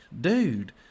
dude